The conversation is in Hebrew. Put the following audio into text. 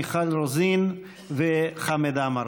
מיכל רוזין וחמד עמאר.